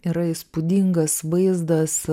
yra įspūdingas vaizdas